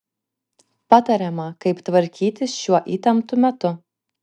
patariama kaip tvarkytis šiuo įtemptu metu